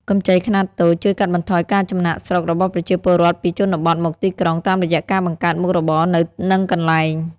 កម្ចីខ្នាតតូចជួយកាត់បន្ថយការចំណាកស្រុករបស់ប្រជាពលរដ្ឋពីជនបទមកទីក្រុង តាមរយៈការបង្កើតមុខរបរនៅនឹងកន្លែង។